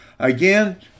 Again